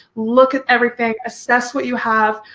look at everything, assess what you have,